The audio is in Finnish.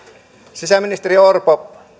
sisäministeri orpo